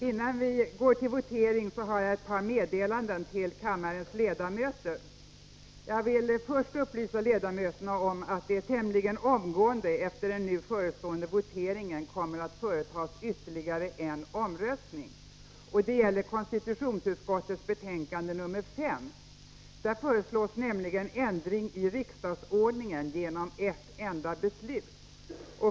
Innan vi går till votering har jag ett par meddelanden till kammarens ledamöter. Jag vill först upplysa kammarens ledamöter om att det tämligen omgående efter den nu förestående voteringen kommer att företas ytterligare en omröstning. Denna gäller konstitutionsutskottets betänkande 5. Där föreslås nämligen ändring i riksdagsordningen genom ett enda beslut.